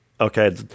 Okay